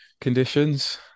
conditions